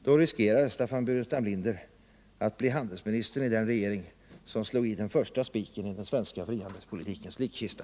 Då riskerar Staffan Burenstam Linder att bli handelsministern i den regering som slog in den första spiken i den svenska frihandelspolitikens likkista.